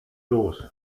los